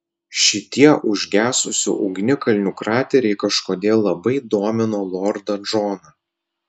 šitie užgesusių ugnikalnių krateriai kažkodėl labai domino lordą džoną